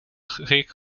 gek